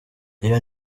iyo